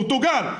פורטוגל,